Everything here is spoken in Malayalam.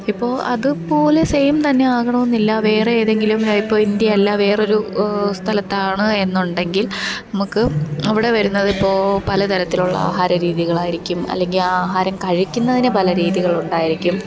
ഇപ്പോൾ അത് പോലെ സെയിം തന്നെ ആകണമെന്നില്ല വേറേ ഏതെങ്കിലും ലൈക്ക് ഇപ്പോൾ ഇന്ത്യ അല്ല വേറൊരു സ്ഥലത്താണ് എന്നുണ്ടെങ്കിൽ നമ്മക്ക് അവിടെ വരുന്ന ഇപ്പോൾ പല തരത്തിലുള്ള ആഹാര രീതികളായിരിക്കും അല്ലെങ്കിൽ ആഹാരം കഴിക്കുന്നതിന് പല രീതികളുണ്ടായിരിക്കും